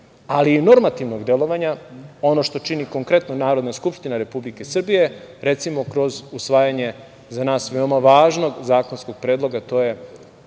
ali i normativnog delovanja, ono što čini konkretno Narodna Skupština Republike Srbije, recimo kroz usvajanje, za nas veoma važnog zakonskog predloga, a to je